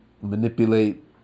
manipulate